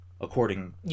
according